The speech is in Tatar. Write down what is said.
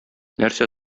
нәрсә